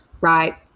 right